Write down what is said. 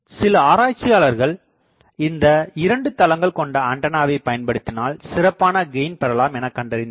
சில ஆராய்ச்சியாளர்கள் இந்த 2 தளங்கள் கொண்ட ஆண்டனாவை பயன்படுத்தினால் சிறப்பான கெயின் பெறலாம் எனகண்டறிந்தனர்